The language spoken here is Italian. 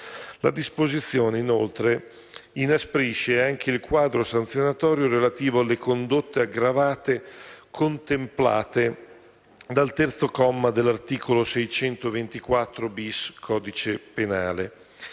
La disposizione, inoltre, inasprisce anche il quadro sanzionatorio relativo alle condotte aggravate contemplate dal terzo comma dell'articolo 624-*bis* del codice penale.